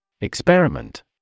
Experiment